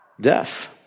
death